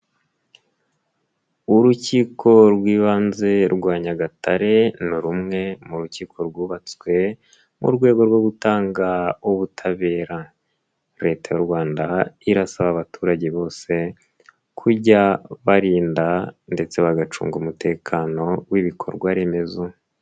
Urukiko rw'ibanze rwa Nyagatare ni rumwe mu rukiko rwubatswe mu rwego rwo gutanga ubutabera, Leta y'u Rwanda irasaba abaturage bose kujya barinda ndetse bagacunga umutekano w'ibikorwaremezo.